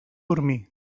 dormir